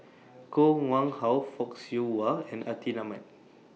Koh Nguang How Fock Siew Wah and Atin Amat